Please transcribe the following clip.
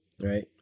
right